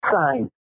sign